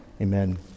amen